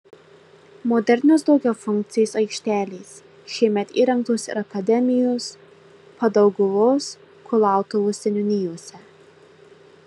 modernios daugiafunkcės aikštelės šiemet įrengtos ir akademijos padauguvos kulautuvos seniūnijose